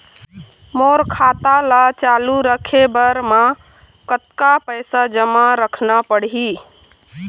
मोर खाता ला चालू रखे बर म कतका पैसा जमा रखना पड़ही?